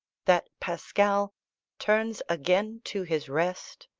that pascal turns again to his rest,